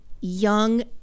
young